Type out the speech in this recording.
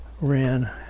ran